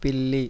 పిల్లి